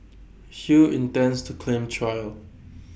Hui intends to claim trial